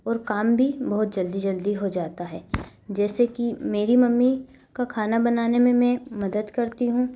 और काम भी बहुत जल्दी जल्दी हो जाता है जैसे कि मेरी मम्मी का खाना बनाने में मैं मदद करती हूँ